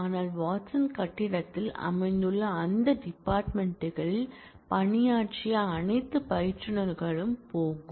எனவே வாட்சன் கட்டிடத்தில் அமைந்துள்ள அந்த டிபார்ட்மென்ட் களில் பணியாற்றிய அனைத்து பயிற்றுனர்களும் போகும்